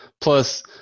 Plus